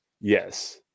Yes